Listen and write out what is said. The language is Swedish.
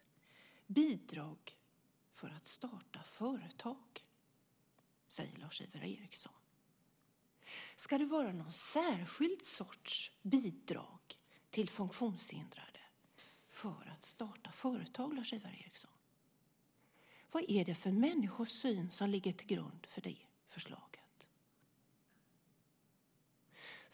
Vi föreslår bidrag för att starta företag, säger Lars-Ivar Ericson. Ska det vara någon särskild sorts bidrag till funktionshindrade för att starta företag, Lars-Ivar Ericson? Vad är det för människosyn som ligger till grund för det förslaget?